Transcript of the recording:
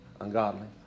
Ungodly